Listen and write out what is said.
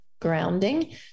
grounding